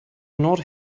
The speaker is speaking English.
not